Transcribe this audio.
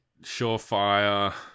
surefire